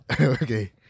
Okay